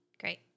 Great